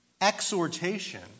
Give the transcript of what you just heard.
exhortation